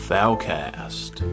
Foulcast